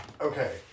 Okay